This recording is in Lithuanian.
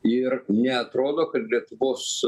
ir neatrodo kad lietuvos